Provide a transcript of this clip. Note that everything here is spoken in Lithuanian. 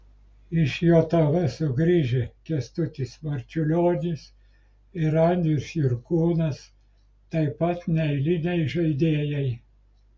iš jav sugrįžę kęstutis marčiulionis ir andrius jurkūnas taip pat neeiliniai žaidėjai